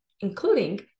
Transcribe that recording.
including